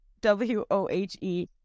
W-O-H-E